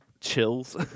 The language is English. Chills